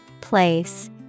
Place